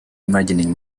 imagining